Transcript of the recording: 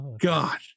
God